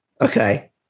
okay